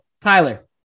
Tyler